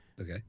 Okay